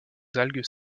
algues